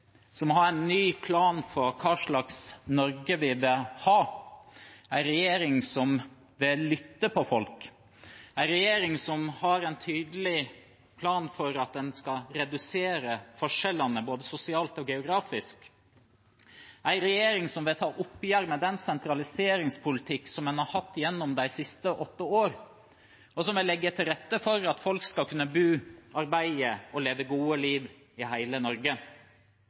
som har en ny plan for hva slags Norge vi vil ha, en regjering som vil lytte til folk, en regjering som har en tydelig plan for at en skal redusere forskjellene både sosialt og geografisk, en regjering som vil ta et oppgjør med den sentraliseringspolitikken en har hatt gjennom de siste åtte årene, og som legger til rette for at folk skal kunne, bo, arbeide og leve gode liv i hele Norge.